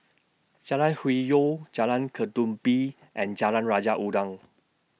Jalan Hwi Yoh Jalan Ketumbit and Jalan Raja Udang